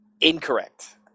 incorrect